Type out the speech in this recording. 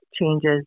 changes